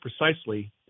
precisely